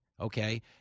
okay